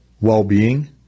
well-being